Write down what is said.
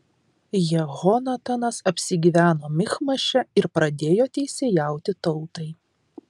jehonatanas apsigyveno michmaše ir pradėjo teisėjauti tautai